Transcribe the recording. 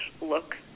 look